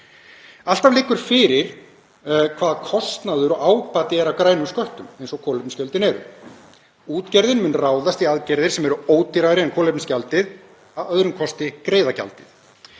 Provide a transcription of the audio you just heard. Alltaf liggur fyrir hvaða kostnaður og ábati er af grænum sköttum, eins og kolefnisgjöldin eru. Útgerðin mun ráðast í aðgerðir sem eru ódýrari en kolefnisgjaldið, að öðrum kosti greiða gjaldið.